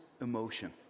emotion